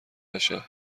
بشه